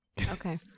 okay